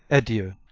adieu.